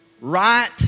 right